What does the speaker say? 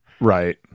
Right